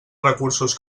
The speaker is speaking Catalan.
recursos